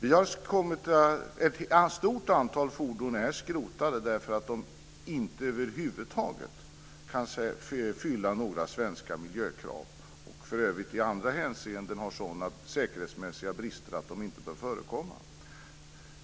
Ett stort antal fordon är skrotade för att de inte över huvud taget kan sägas fylla några svenska miljökrav och för övrigt i andra hänseenden har sådana säkerhetsmässiga brister att de inte bör förekomma.